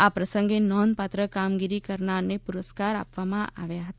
આ પ્રસંગે નોંધપાત્ર કામગીરી કરનારને પુરસ્કાર આપવામાં આવ્યા હતા